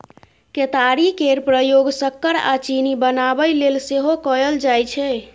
केतारी केर प्रयोग सक्कर आ चीनी बनाबय लेल सेहो कएल जाइ छै